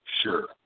Sure